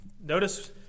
Notice